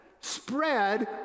spread